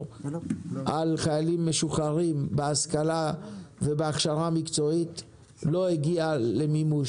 על חיילים משוחררים בהשכלה ובהכשרה מקצועית לא הגיע למימוש.